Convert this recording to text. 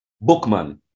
Bookman